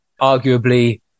arguably